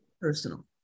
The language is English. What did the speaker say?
personal